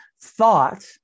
thought